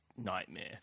nightmare